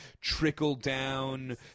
trickle-down